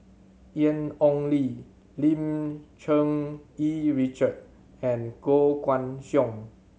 Ian Ong Li Lim Cherng Yih Richard and Koh Guan Song